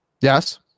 Yes